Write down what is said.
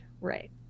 Right